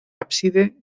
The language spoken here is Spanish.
ábside